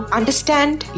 understand